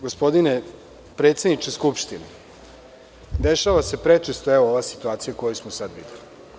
Gospodine predsedniče Skupštine, dešava se prečesto ova situacija koju smo sada videli.